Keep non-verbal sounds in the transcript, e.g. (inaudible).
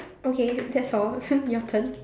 okay that's all (laughs) your turn